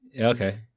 Okay